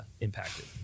impacted